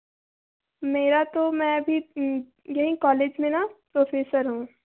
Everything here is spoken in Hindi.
मेरा तो मैं अभी यहीं कॉलेज में ना प्रोफ़ेसर हूँ